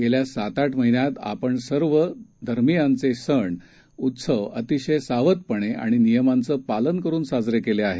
गेल्या सात आठ महिन्यात आपण सर्व धर्मियांचे सण उत्सव अतिशय सावधपणे आणि नियमांचं पालन करून साजरे केले आहेत